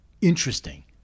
interesting